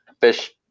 Fish